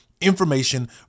Information